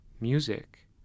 music